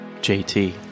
JT